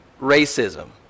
racism